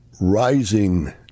rising